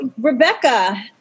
Rebecca